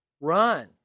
Run